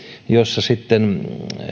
jossa sitten